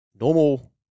normal